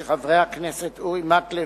של חברי הכנסת אורי מקלב,